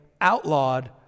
outlawed